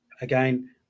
again